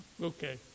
okay